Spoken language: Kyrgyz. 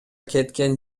кеткен